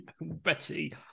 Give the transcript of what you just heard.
Betty